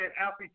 Alfie